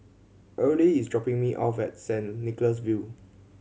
Earlie is dropping me off at Saint Nicholas View